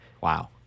Wow